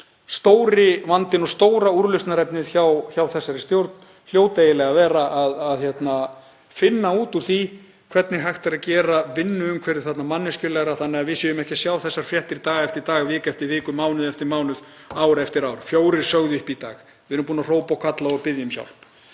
að stóri vandinn og stóra úrlausnarefnið hjá þessari stjórn hljóti eiginlega að vera að finna út úr því hvernig hægt er að gera vinnuumhverfið þarna manneskjulegra þannig að við séum ekki að sjá þessar fréttir dag eftir dag, viku eftir viku, mánuð eftir mánuð, ár eftir ár: Fjórir sögðu upp í dag. Við erum búin að hrópa og kalla og biðja um hjálp.